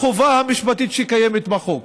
לחובה המשפטית שקיימת בחוק.